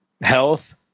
health